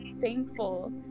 thankful